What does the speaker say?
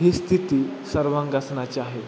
ही स्थिती सर्वांगासनाची आहे